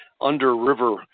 under-river